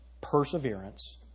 Perseverance